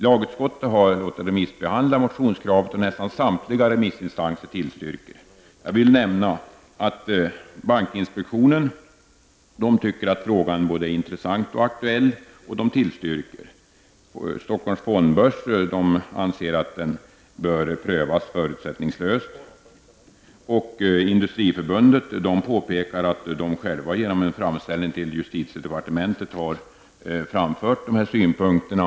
Lagutskottet har låtit remissbehandla detta motionskrav, och nästan samtliga remissinstanser tillstyrker. Jag vill nämna att bankinspektionen anser att frågan är både intressant och aktuell och tillstyrker förslaget. Stockholms fondbörs anser att förslaget bör prövas förutsättningslöst. Industriförbundet påpekar att man i en framställning till justitiedepartementet har framfört dessa synpunkter.